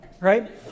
right